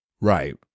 Right